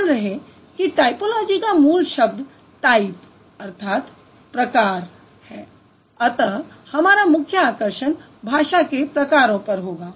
ध्यान रहे कि टायपोलॉजी का मूल शब्द है टाइप अर्थात प्रकार अतः हमारा मुख्य आकर्षण भाषा के प्रकारों पर होगा